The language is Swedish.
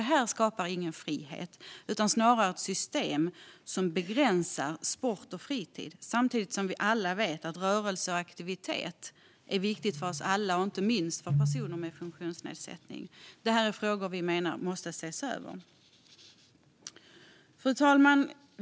Detta system skapar ingen frihet utan begränsar snarare sport och fritidsutövande. Samtidigt vet vi att rörelse och aktivitet är viktigt för oss alla, inte minst för personer med funktionsnedsättning. Dessa frågor måste ses över. Fru talman!